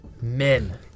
men